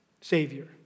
Savior